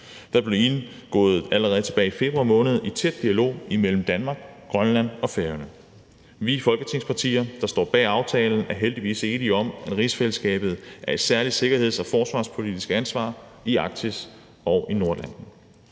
der blev indgået allerede tilbage i februar måned i tæt dialog mellem Danmark, Grønland og Færøerne. Vi partier i Folketinget, der står bag aftalen, er heldigvis enige om, at rigsfællesskabet er et særlig sikkerhedspolitisk og forsvarspolitisk ansvar i Arktis og Nordatlanten.